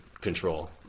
control